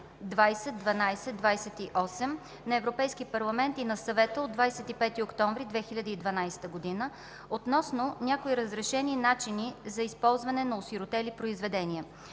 2012/28/ЕС на Европейския парламент и на Съвета от 25 октомври 2012 г., относно някои разрешени начини на използване на осиротели произведения.